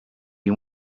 you